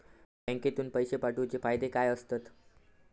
बँकेतून पैशे पाठवूचे फायदे काय असतत?